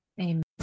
amen